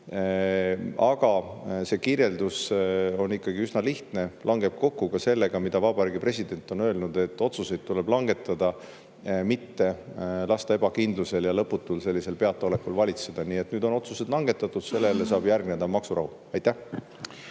aga see kirjeldus on ikkagi üsna lihtne, langeb kokku ka sellega, mida Vabariigi President on öelnud, et otsuseid tuleb langetada, mitte lasta ebakindlusel ja lõputul sellisel peataolekul valitseda. Nii et nüüd on otsused langetatud, sellele saab järgneda maksurahu. Aitäh!